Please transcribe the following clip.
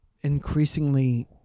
increasingly